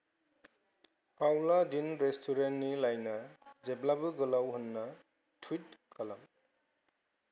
पाउला दिन रेस्टुरेन्टनि लाइना जेब्लाबो गोलाव होन्ना टुइट खालाम